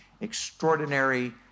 extraordinary